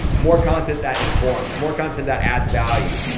more content that informs, more content that adds value.